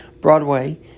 Broadway